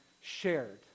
shared